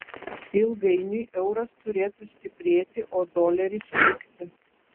ilgainiui euras turėtų stiprėti o doleris pigti